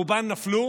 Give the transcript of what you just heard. רובן נפלו